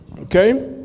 Okay